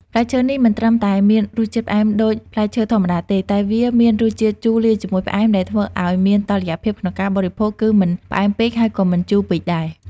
ផ្លែឈើនេះមិនត្រឹមតែមានរសជាតិផ្អែមដូចផ្លែឈើធម្មតាទេ តែវាមានរសជាតិជូរលាយជាមួយផ្អែមដែលធ្វើឱ្យមានតុល្យភាពក្នុងការបរិភោគ គឺមិនផ្អែមពេកហើយក៏មិនជូរពេកដែរ។